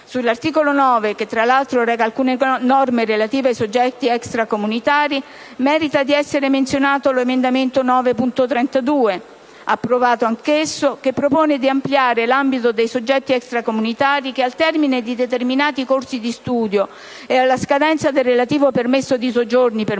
Sull'articolo 9, che tra l'altro reca alcune norme relative ai soggetti extracomunitari, merita di essere menzionato l'emendamento 9.32, approvato anch'esso, che propone di ampliare l'ambito dei soggetti extracomunitari che, al termine di determinati corsi di studio e alla scadenza del relativo permesso di soggiorno (per